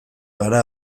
gara